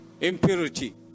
Impurity